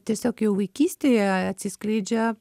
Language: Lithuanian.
tiesiog jau vaikystėje atsiskleidžia